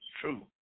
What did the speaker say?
true